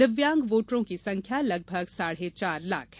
दिव्यांग वोटरों की संख्या लगभग साढ़े चार लाख है